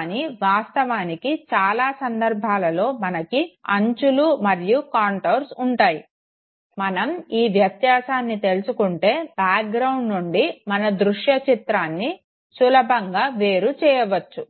కానీ వాస్తవానికి చాలా సందర్భాలలో మనకు అంచులు మరియు కాంటోర్స్ ఉంటాయి మనం ఈ వ్యత్యాసాన్ని తెలుసుకుంటే బ్యాక్ గ్రౌండ్ నుండి మనం దృశ్య చిత్రాన్ని సులభంగా వేరు చేయావచ్చు